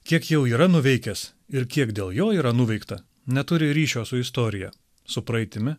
kiek jau yra nuveikęs ir kiek dėl jo yra nuveikta neturi ryšio su istorija su praeitimi